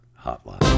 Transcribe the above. Hotline